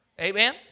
Amen